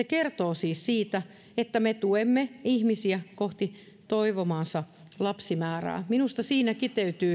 kertoo siis siitä että me tuemme ihmisiä kohti toivomaansa lapsimäärää minusta siinä kiteytyy